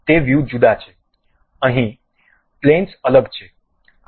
તે વ્યૂ જુદા છે અહીં પ્લેનસ અલગ છે